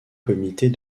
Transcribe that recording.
comités